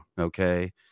okay